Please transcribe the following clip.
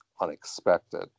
unexpected